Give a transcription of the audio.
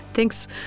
Thanks